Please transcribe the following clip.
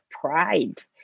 pride